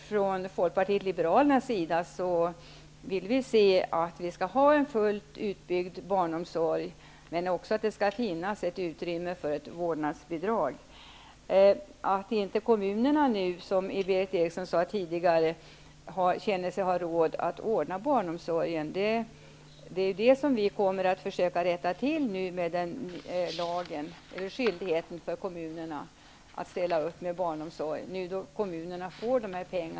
Från Folkpartiet liberalernas sida vill vi se en fullt utbyggd barnomsorg, men också att det skall finnas utrymme för ett vårdnadsbidrag. Att inte kommunerna, som Berith Eriksson sade tidigare, känner sig ha råd att ordna barnomsorg kommer vi nu att försöka rätta till med att införa skyldighet för kommunerna att ställa upp med barnomsorg.